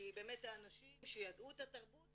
כי באמת האנשים שידעו את התרבות